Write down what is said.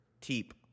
teep